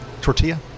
tortilla